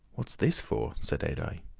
what's this for? said adye.